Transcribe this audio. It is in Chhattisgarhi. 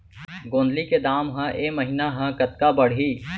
गोंदली के दाम ह ऐ महीना ह कतका बढ़ही?